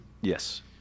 yes